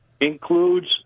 includes